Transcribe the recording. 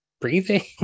breathing